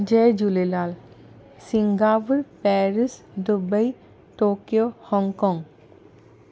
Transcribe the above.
Jay Jhulelal Singapore Paris Dubai Tokyo Hong Kong